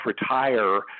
retire